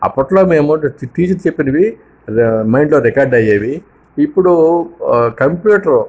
అప్పట్లో మేము టీచర్ చెప్పినవి మైండ్లో రికార్డు అయ్యేవి ఇప్పుడు కంప్యూటర్